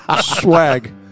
Swag